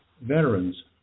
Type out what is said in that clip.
veterans